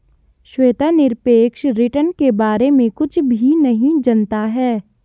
श्वेता निरपेक्ष रिटर्न के बारे में कुछ भी नहीं जनता है